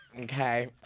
Okay